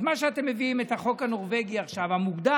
אז אתם מביאים את החוק הנורבגי המוגדל,